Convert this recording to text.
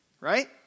right